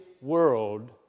world